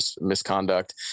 misconduct